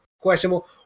questionable